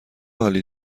حالی